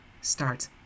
start